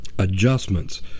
Adjustments